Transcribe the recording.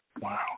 Wow